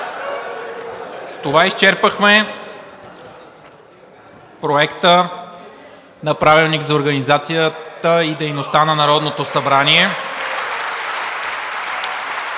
С това изчерпахме Проекта на правилник за организацията и дейността на Народното събрание.